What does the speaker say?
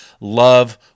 love